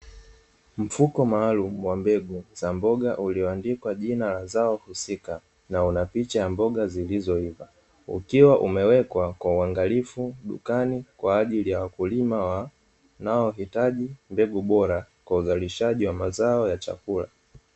Mfuko maalumu wa mbegu za mboga ulioandikwa jina la zao husika na una picha ya mboga zilizoiva, ukiwa umewekwa kwa uangalifu dukani kwajili ya wakulima wanaohitaji mbegu bora kwa uzalishaji wa mazao ya chakula.